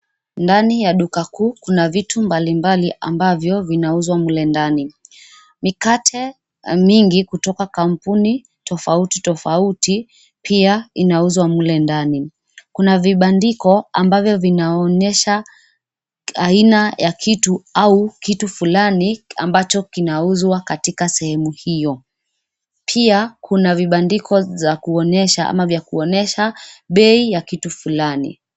Ndani ya duka kuu kuna vitu mbalimbali ambavyo vinauzwa mle ndani. Mikate mingi kutoka kampuni tofauti tofauti pia inauzwa mle ndani. Kuna vibandiko ambavyo vinaonyesha aina ya kitu au kitu fulani ambacho kinauzwa katika sehemu hiyo. Pia kuna vibandiko za kuonyesha ama vya kuonyesha bei ya kitu fulani.